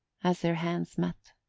as their hands met.